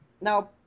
now